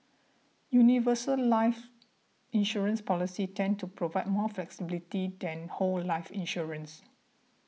universal life insurance policies tend to provide more flexibility than whole life insurance